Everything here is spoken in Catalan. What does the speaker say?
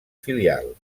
filial